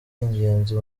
ingenzi